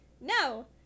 No